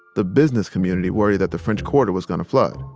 the business community worried that the french quarter was going to flood.